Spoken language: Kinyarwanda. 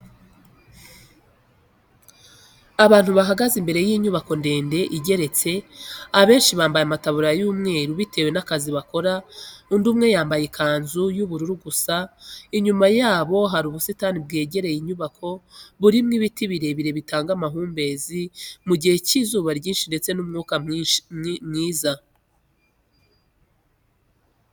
Abantu bahagaze imbere y'inyubako ndende igeretse abenshi bambaye amataburiya y'umweru bitewe n'akazi bakora, undi muntu umwe yambaye ikanzu y'ubururu gusa, inyuma yabo hari ubusitani bwegereye inyubako burimo ibiti birebire bitanga amahumbezi mu gihe cy'izuba ryinshi ndetse n'umwuka mwiza.